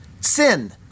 Sin